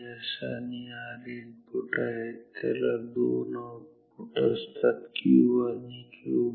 S आणि R हि input आहेत आणि त्याला दोन आउटपुट असतात Q आणि Qbar